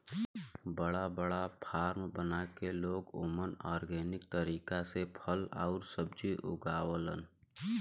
बड़ा बड़ा फार्म बना के लोग ओमन ऑर्गेनिक तरीका से फल आउर सब्जी उगावलन